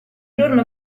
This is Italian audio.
giorno